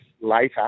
later